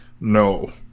No